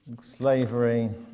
Slavery